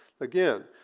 Again